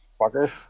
fucker